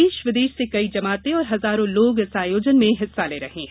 देश विदेश से कई जमातें और हजारों लोग इस आयोजन में हिस्सा ले रहे हैं